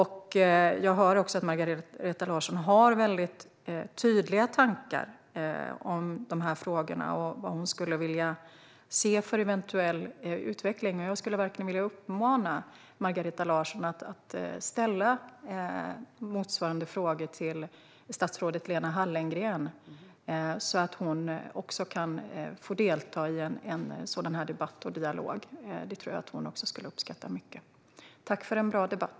Jag hör också att Margareta Larsson har väldigt tydliga tankar om de här frågorna och vad hon skulle vilja se för eventuell utveckling. Därför skulle jag verkligen vilja uppmana Margareta Larsson att ställa motsvarande frågor till statsrådet Lena Hallengren så att även hon kan få delta i en sådan här debatt och dialog. Det tror jag att hon skulle uppskatta mycket. Tack för en bra debatt!